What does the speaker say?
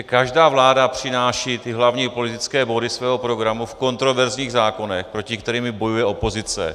Každá vláda přináší hlavní politické body svého programu v kontroverzních zákonech, proti kterým bojuje opozice.